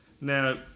Now